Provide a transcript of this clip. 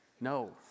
no